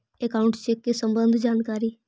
Account check के सम्बन्ध जानकारी?